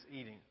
eating